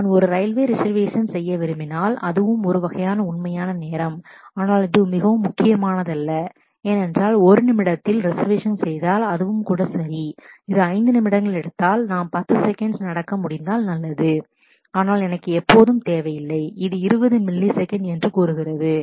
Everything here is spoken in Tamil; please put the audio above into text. எனவே நான் ஒரு ரயில்வே ரிசர்வேஷன் railway reservation செய்ய விரும்பினால் அதுவும் ஒரு வகையான உண்மையான நேரம் ஆனால் இது மிகவும் முக்கியமானதல்ல ஏனென்றால் ஒரு நிமிடத்தில் minutes ரிசர்வேஷன் செய்தால் அதுவும் கூட சரி இது 5 நிமிடங்கள் எடுத்தால் நாம் 10 செகண்ட்ல் நடக்க முடிந்தால் நல்லது ஆனால் எனக்கு எப்போதும் தேவையில்லை இது 20 மில்லி செகண்ட் milli seconds என்று கூறுகிறது